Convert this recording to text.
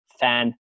fan